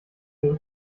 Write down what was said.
ihre